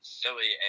silly